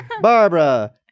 Barbara